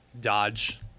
Dodge